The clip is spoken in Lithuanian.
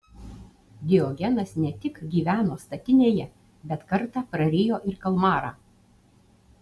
diogenas ne tik gyveno statinėje bet kartą prarijo ir kalmarą